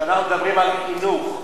כשאנחנו מדברים על חינוך,